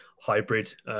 hybrid